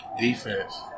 Defense